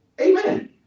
Amen